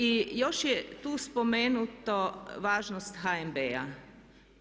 I još je tu spomenuta važnost HNB-a.